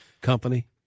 company